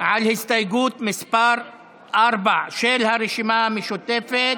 על הסתייגות מס' 4, של הרשימה המשותפת.